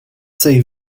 sig